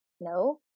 no